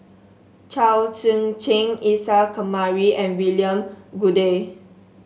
Chao Tzee Cheng Isa Kamari and William Goode